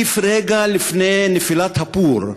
רגע לפני נפילת הפור,